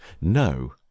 No